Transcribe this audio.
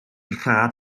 rhad